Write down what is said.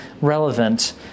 relevant